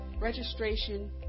registration